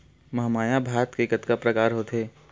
महमाया भात के कतका प्रकार होथे?